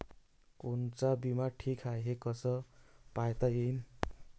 कोनचा बिमा ठीक हाय, हे कस पायता येईन?